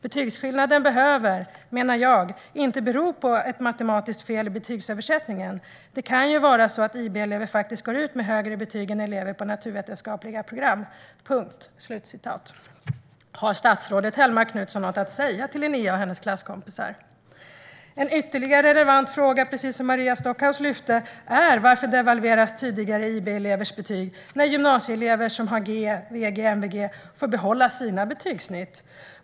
Betygsskillnaden behöver, menar jag, inte bero på ett matematiskt fel i betygsöversättningen. Det kan ju vara så att IB-elever faktiskt går ut med högre betyg än elever på naturvetenskapliga program, punkt. Har statsrådet Hellmark Knutsson något att säga till Linnea och hennes klasskompisar? Ytterligare en relevant fråga, precis som Maria Stockhaus lyfte upp, är varför tidigare IB-elevers betyg devalveras när de gymnasielever som har G, VG eller MVG får behålla sina betygssnitt?